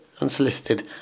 unsolicited